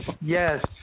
Yes